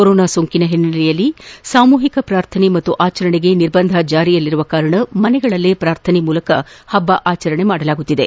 corona ಸೋಂಕಿನ ಹಿನ್ನೆಲೆಯಲ್ಲಿ ಸಾಮೂಹಿಕ ಪ್ರಾರ್ಥನೆ ಮತ್ತು ಆಚರಣೆಗೆ ನಿರ್ಬಂಧ ಜಾರಿಯಲ್ಲಿರುವುದರಿಂದ ಮನೆಗಳಲ್ಲೇ ಪ್ರಾರ್ಥನೆ ಮೂಲಕ ಪಬ್ಲ ಆಚರಿಸಲಾಗುತ್ತಿದೆ